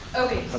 okay.